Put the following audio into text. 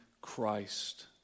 Christ